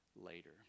later